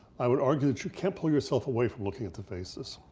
i would argue can't pull yourself away from looking at the faces.